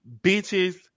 bitches